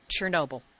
Chernobyl